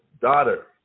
daughter